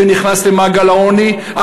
שנכנס למעגל העוני,